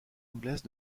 anglaise